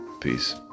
Peace